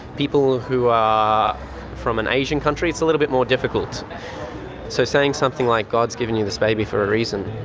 people who are from an asian country it's a little bit more difficult so saying something like god has given you this baby for a reason.